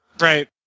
Right